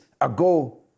ago